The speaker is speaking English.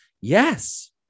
Yes